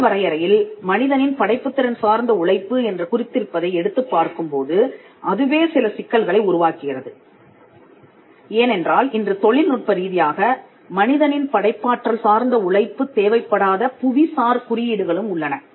இந்த வரையறையில் மனிதனின் படைப்புத் திறன் சார்ந்த உழைப்பு என்று குறித்திருப்பதை எடுத்துப் பார்க்கும்போது அதுவே சில சிக்கல்களை உருவாக்குகிறது ஏனென்றால் இன்று தொழில்நுட்ப ரீதியாக மனிதனின் படைப்பாற்றல் சார்ந்த உழைப்பு தேவைப்படாத புவி சார் குறியீடுகளும் உள்ளன